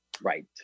Right